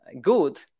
good